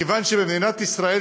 מכיוון שמדינת ישראל,